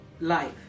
life